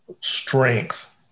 strength